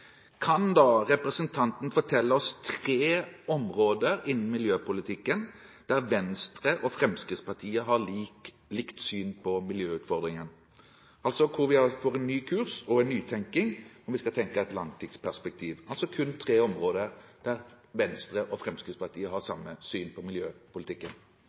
Kan da representanten nevne tre områder innen miljøpolitikken der Venstre og Fremskrittspartiet har likt syn på miljøutfordringene, altså hvor vi får en ny kurs og en nytenkning om vi skal tenke i et langtidsperspektiv? Kan hun nevne kun tre områder der Venstre og Fremskrittspartiet har samme syn på miljøpolitikken?